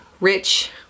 rich